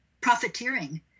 profiteering